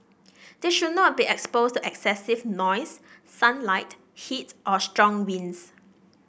they should not be exposed to excessive noise sunlight heat or strong winds